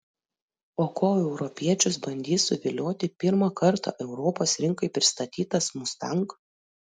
o kuo europiečius bandys suvilioti pirmą kartą europos rinkai pristatytas mustang